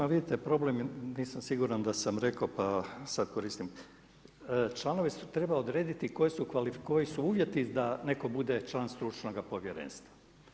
Pa vidite problem je, nisam siguran da sam rekao pa sad koristim, članovi, treba odrediti koji su uvjeti da netko bude član stručnog povjerenstva.